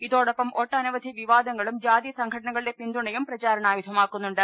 ഇതോടൊപ്പം ഒട്ടനവധി വിവാദങ്ങളും ജാതി സംഘടനകളുടെ പിന്തുണയും പ്രചാരണായുധമാക്കുന്നുണ്ട്